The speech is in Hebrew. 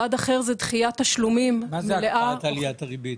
מה זה "הקפאת עליית הריבית"?